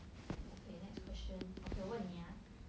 okay next question okay 我问你 ah